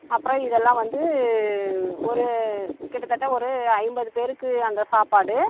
அப்புறோம் இதெல்லாம் வந்து ஒரு கிட்டத்தட்ட ஒரு ஐம்பது பேருக்கு அந்த சாப்பாடு